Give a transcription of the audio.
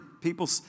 People